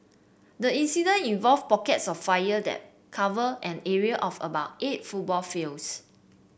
the incident involved pockets of fire that cover and area of about eight football fields